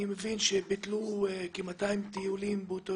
אני מבין שבוטלו כ-200 טיולים באותו